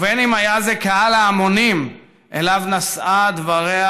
ובין שהיה זה קהל ההמונים שאליו נשאה את דבריה